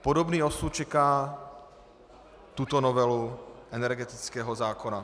Podobný osud čeká tuto novelu energetického zákona.